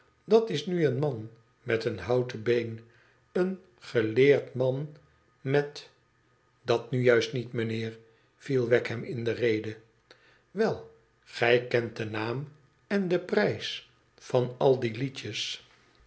dat is nu een man met een bouten been een geleerd man met dat nu juist niet meneer viel wegg hem in de rede wel gij kent den naam en den prijs van al die liedjes